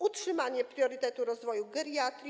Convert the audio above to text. Utrzymanie priorytetu rozwoju geriatrii.